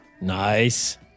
Nice